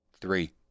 Three